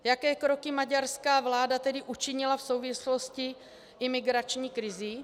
Jaké kroky maďarská vláda tedy učinila v souvislosti s imigrační krizí?